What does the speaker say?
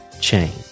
change